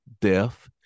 death